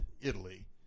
Italy